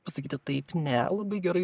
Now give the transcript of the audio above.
pasakyti taip ne labai gerai